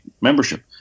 membership